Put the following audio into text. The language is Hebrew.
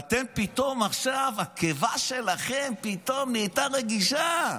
אתם, פתאום עכשיו, הקיבה שלכם נהייתה רגישה.